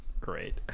Great